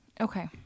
Okay